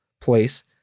place